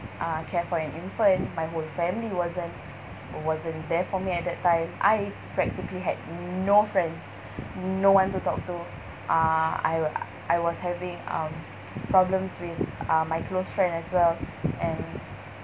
uh care for an infant my whole family wasn't wasn't there for me at that time I practically had no friends no one to talk to uh I I was having um problems with uh my close friend as well and